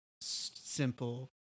simple